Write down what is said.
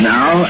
Now